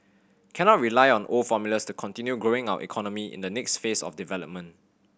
cannot rely on old formulas to continue growing our economy in the next phase of development